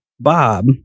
bob